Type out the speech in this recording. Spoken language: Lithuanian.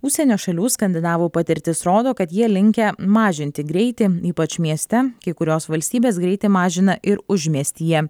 užsienio šalių skandinavų patirtis rodo kad jie linkę mažinti greitį ypač mieste kai kurios valstybės greitį mažina ir užmiestyje